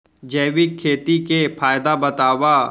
जैविक खेती के फायदा बतावा?